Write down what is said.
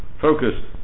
focus